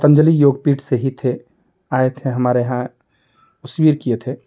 पतंजलि योगपीठ से ही थे आए थे हमारे यहाँ शिविर किए थे